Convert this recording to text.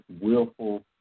willful